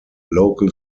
local